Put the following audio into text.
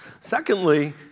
Secondly